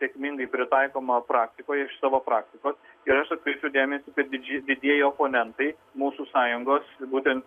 sėkmingai pritaikoma praktikoje iš savo praktikos ir aš atkreipiu dėmesį kad didž didieji oponentai mūsų sąjungos būtent